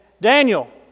Daniel